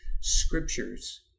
scriptures